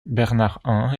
bernard